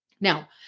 Now